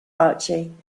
archie